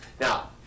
Now